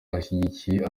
yashingiyeho